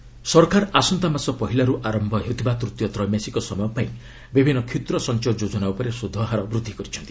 school savings ସରକାର ଆସନ୍ତା ମାସ ପହିଲାର୍ ଆରମ୍ଭ ହେଉଥିବା ତୃତୀୟ ତ୍ରିମାସିକ ସମୟ ପାଇଁ ବିଭିନ୍ନ କ୍ଷୁଦ୍ର ସଂଚୟ ଯୋଜନା ଉପରେ ସୁଧହାର ବୃଦ୍ଧି କରିଛନ୍ତି